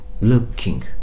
Looking